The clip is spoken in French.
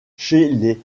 chez